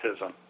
autism